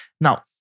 Now